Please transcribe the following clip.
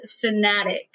fanatic